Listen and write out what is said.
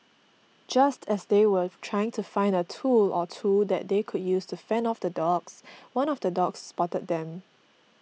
just as they were trying to find a tool or two that they could use to fend off the dogs one of the dogs spotted them